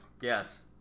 Yes